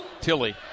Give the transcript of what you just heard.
Tilly